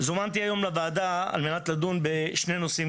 זומנתי היום לוועדה על מנת לדון בשני נושאים,